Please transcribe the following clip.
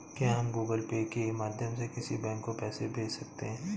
क्या हम Google Pay के माध्यम से किसी बैंक को पैसे भेज सकते हैं?